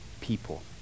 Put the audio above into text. people